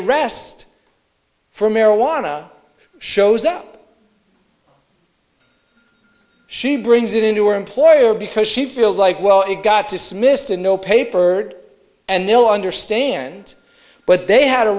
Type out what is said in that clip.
arrest for marijuana shows up she brings it into her employer because she feels like well it got dismissed and no papered and they'll understand but they had a